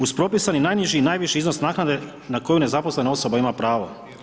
Uz propisani najniži i najviši iznos naknade na koju nezaposlena osoba ima pravo.